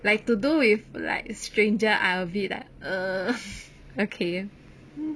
like to do with like stranger I a bit like err okay